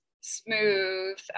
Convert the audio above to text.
smooth